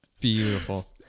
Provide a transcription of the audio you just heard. Beautiful